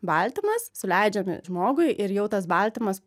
baltymas suleidžiami žmogui ir jau tas baltymas